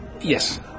Yes